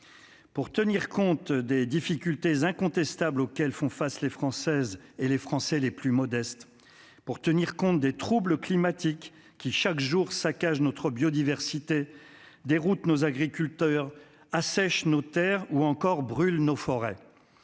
pour tenir compte des difficultés incontestables auxquelles font face les Françaises et les Français les plus modestes, pour tenir compte des troubles climatiques qui chaque jour saccagent notre biodiversité, déroutent nos agriculteurs, assèchent nos terres ou encore brûlent nos forêts,